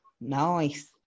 nice